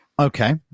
okay